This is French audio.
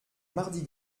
mardi